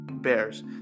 bears